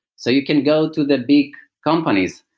so you can go to the big companies.